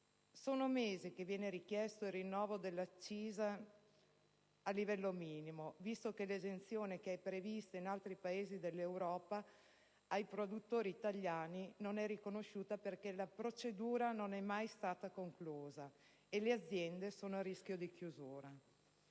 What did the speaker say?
Da mesi viene richiesto il rinnovo dell'accisa a livello minimo, visto che l'esenzione prevista in altri Paesi dell'Europa ai produttori italiani non è riconosciuta, perché la procedura non si è mai conclusa e le aziende sono a rischio chiusura.